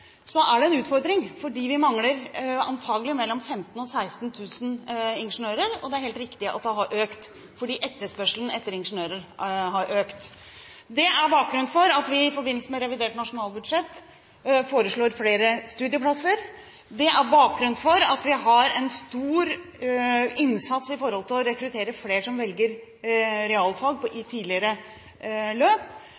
er en utfordring, fordi vi antakelig mangler mellom 15 000 og 16 000 ingeniører, og det er helt riktig at mangelen har økt, fordi etterspørselen etter ingeniører har økt. Det er bakgrunnen for at vi i forbindelse med revidert nasjonalbudsjett foreslår flere studieplasser. Det er bakgrunnen for at vi har en stor innsats for å rekruttere flere som velger realfag i